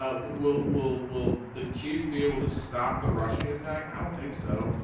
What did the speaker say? ah will will. will the chiefs be able to stop the rushing attack. i don't think so.